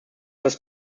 das